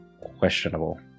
questionable